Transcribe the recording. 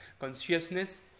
consciousness